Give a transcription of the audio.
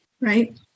Right